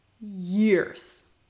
years